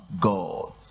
God